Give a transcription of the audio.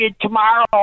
tomorrow